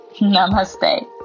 Namaste